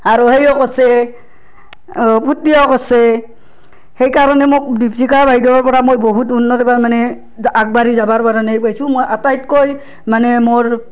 আৰু সেইও কৰছে ফূৰ্তিও কৰছে সেইকাৰণে মোক দীপশিখা বাইদেউৰ পৰা মই বহুত উন্নত মানে আগবাঢ়ি যাবাৰ কাৰণে সেই পাইছোঁ মই আটাইতকৈ মানে মোৰ